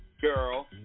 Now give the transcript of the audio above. girl